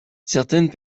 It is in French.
certaines